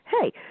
hey